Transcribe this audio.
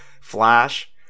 flash